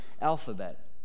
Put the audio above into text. alphabet